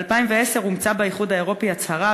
ב-2010 אומצה באיחוד האירופי הצהרה,